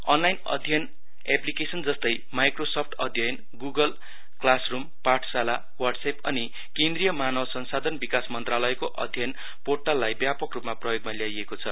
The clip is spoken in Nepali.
अनलाइन अन्ययन एपलिकेशन जस्तै माहक्रोसफ्ट अध्ययन गुगल क्लासरूम पाठशाला वाटस्एप अनि केन्द्रिय मानव संसाधन विकास मन्त्रालयको अध्यय पोर्टललाई व्यापक रूपमा प्रयोगमा ल्याइएको छ